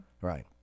Right